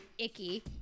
icky